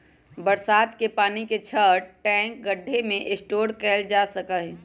बरसात के पानी के छत, टैंक, गढ्ढे में स्टोर कइल जा सका हई